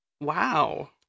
Wow